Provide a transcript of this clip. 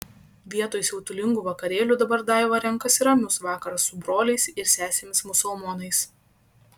vietoj siautulingų vakarėlių dabar daiva renkasi ramius vakarus su broliais ir sesėmis musulmonais